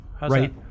right